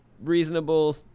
reasonable